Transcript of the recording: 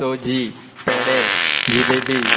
सोजी पेडे जिलेबी